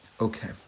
Okay